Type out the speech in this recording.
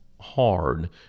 hard